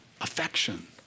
Affection